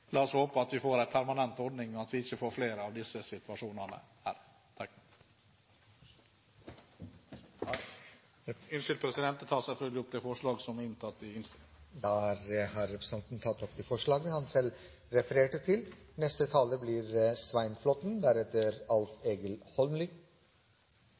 La oss håpe vi får en permanent ordning, og at vi ikke får flere av disse situasjonene her. Jeg tar opp det forslaget som Fremskrittspartiet har i innstillingen. Representanten Harald T. Nesvik har tatt opp det forslaget han refererte til.